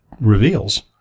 reveals